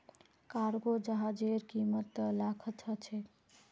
cargo जहाजेर कीमत त लाखत ह छेक